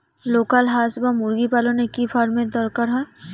Local হাস বা মুরগি পালনে কি ফার্ম এর দরকার হয়?